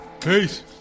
Peace